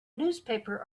newspaper